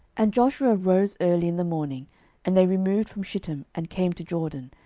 and joshua rose early in the morning and they removed from shittim, and came to jordan,